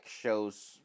shows